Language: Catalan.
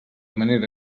manera